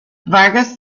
vargas